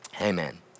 amen